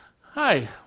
Hi